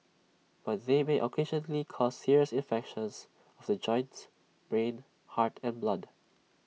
but they may occasionally cause serious infections of the joints brain heart and blood